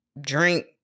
drink